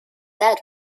that